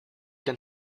can